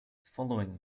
following